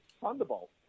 Thunderbolt